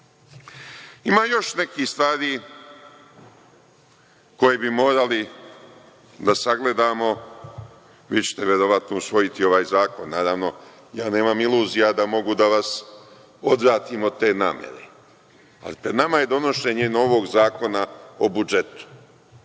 još nekih stvari koje bi morali da sagledamo. Vi ćete verovatno usvojiti ovaj zakon, naravno. Ja nemam iluzija da mogu da vas odvratim od te namere, ali pred nama je donošenje novog zakona o budžetu.